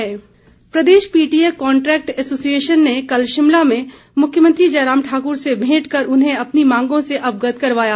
PTA प्रदेश PTA contract association ने कल शिमला में मुख्यमंत्री जयराम ठाकुर से भेंट कर उन्हें अपनी मांगों से अवगत करवाया